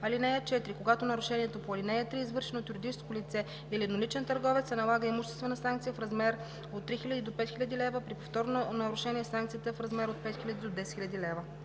лв. (4) Когато нарушението по ал. 3 е извършено от юридическо лице или едноличен търговец, се налага имуществена санкция в размер от 3000 до 5000 лв., а при повторно нарушение санкцията е в размер от 5000 до 10 000 лв.“